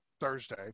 Thursday